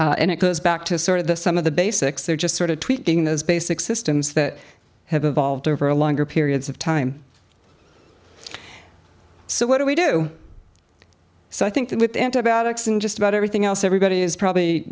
and it goes back to sort of the some of the basics there just sort of tweaking those basic systems that have evolved over a longer periods of time so what do we do so i think that with antibiotics and just about everything else everybody has probably